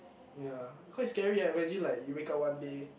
ya quite scary eh imagine like you wake up one day